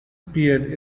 appeared